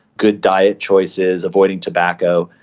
good diet choices, avoiding tobacco,